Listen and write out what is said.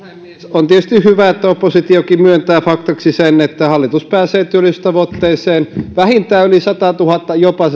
on tietysti hyvä että oppositiokin myöntää faktaksi sen että hallitus pääsee työllisyystavoitteeseen vähintään yli satatuhatta jopa